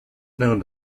known